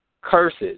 curses